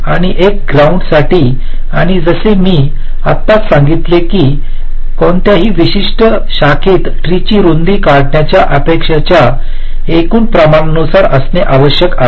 आणि एक ग्राउंडसाठी आणि जसे मी आत्ताच सांगितले आहे की कोणत्याही विशिष्ट शाखेत ट्रीची रुंदी काढण्याच्या अपेक्षेच्या एकूण प्रमाणानुसार असणे आवश्यक आहे